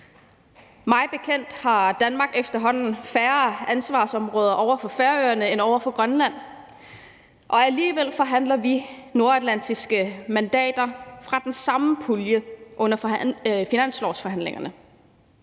Mig bekendt har Danmark efterhånden færre ansvarsområder over for Færøerne end over for Grønland, og alligevel forhandler vi nordatlantiske mandater om den samme pulje under finanslovsforhandlingerne.